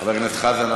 חבר הכנסת חזן,